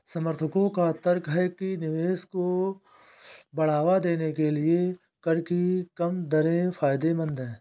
समर्थकों का तर्क है कि निवेश को बढ़ावा देने के लिए कर की कम दरें फायदेमंद हैं